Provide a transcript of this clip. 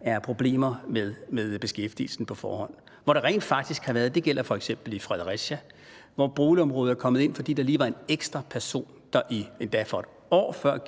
er problemer med beskæftigelsen på forhånd. Der har rent faktisk – det gælder f.eks. i Fredericia – været boligområder, som er kommet ind, fordi der lige var en ekstra ledig person. Det var endda, et år før